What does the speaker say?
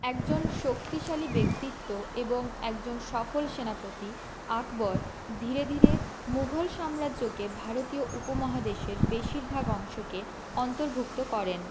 একজন শক্তিশালী ব্যক্তিত্ব এবং একজন সফল সেনাপতি আকবর ধীরে ধীরে মুঘল সাম্রাজ্যকে ভারতীয় উপমহাদেশের বেশিরভাগ অংশকে অন্তর্ভুক্ত করেন